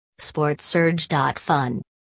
Sportsurge.fun